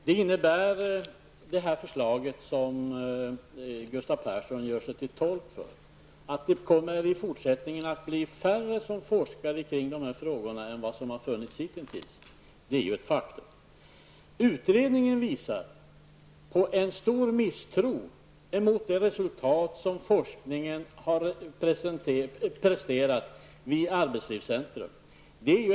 Herr talman! Det förslag som Gustav Persson gör sig till tolk för innebär att det i fortsättningen kommer att vara färre som kommer att forska om dessa frågor än hittills. Det är ett faktum. Utredningen visar på stor misstro mot de resultat som forskningen har presterat vid arbetslivscentrum.